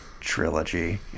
trilogy